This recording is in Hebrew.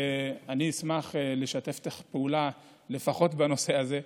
ואני אשמח לשתף איתך פעולה, לפחות בנושא הזה.